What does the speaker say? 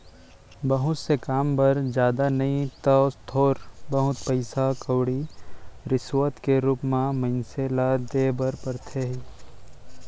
बहुत से काम बर जादा नइ तव थोर बहुत पइसा कउड़ी रिस्वत के रुप म मनसे ल देय बर परथे ही